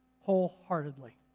wholeheartedly